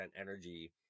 energy